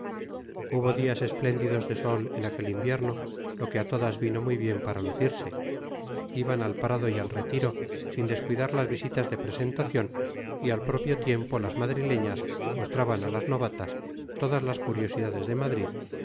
hubo días espléndidos de sol en aquel invierno lo que a todas vino muy bien para lucirse iban al prado y al retiro sin descuidar las visitas de presentación y al propio tiempo las madrileñas mostraban a las novatas todas las curiosidades de madrid